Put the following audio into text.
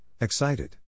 excited